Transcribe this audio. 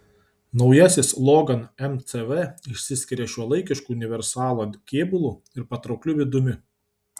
naujasis logan mcv išsiskiria šiuolaikišku universalo kėbulu ir patraukliu vidumi